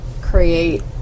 create